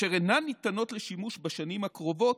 אשר אינן ניתנות לשימוש בשנים הקרובות,